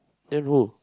then who